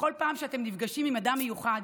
בכל פעם שאתם נפגשים עם אדם מיוחד